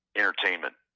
entertainment